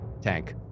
Tank